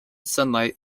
sunlight